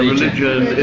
Religion